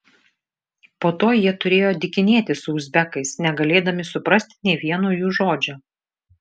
po to jie turėjo dykinėti su uzbekais negalėdami suprasti nė vieno jų žodžio